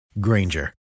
Granger